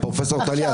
פרופ' טליה, סיימת?